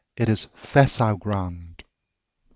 it is facile ground.